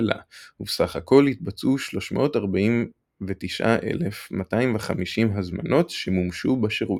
הוכפלה ובסה”כ התבצעו 349,250 הזמנות שמומשו בשירות.